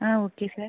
okay sir